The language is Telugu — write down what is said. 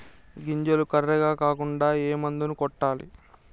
గింజలు కర్రెగ కాకుండా ఏ మందును కొట్టాలి?